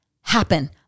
happen